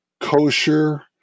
kosher